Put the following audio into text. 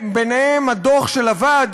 מה, אנחנו מפחדים מהם?